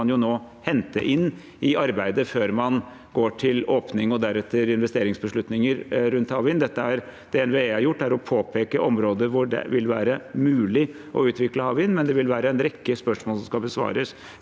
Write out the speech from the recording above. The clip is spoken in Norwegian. skal man nå hente inn i arbeidet før man går til åpning og deretter investeringsbeslutninger rundt havvind. Det NVE har gjort, er å peke på områder hvor det vil være mulig å utvikle havvind, men det vil være en rekke spørsmål som skal besvares